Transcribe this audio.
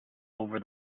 over